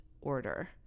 order